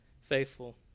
faithful